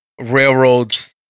railroads